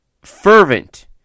fervent